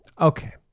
Okay